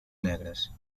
negres